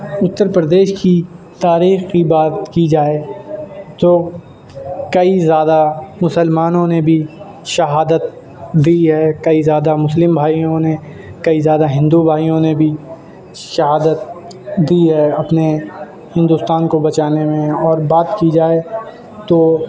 اتر پردیش کی تاریخ کی بات کی جائے تو کئی زیادہ مسلمانوں نے بھی شہادت دی ہے کئی ذیادہ مسلم بھائیوں نے کئی زیادہ ہندو بھائیوں نے بھی شہادت دی ہے اپنے ہندوستان کو بچانے میں اور بات کی جائے تو